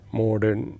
modern